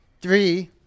three